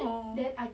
orh